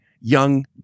young